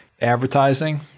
advertising